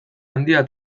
handia